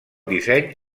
disseny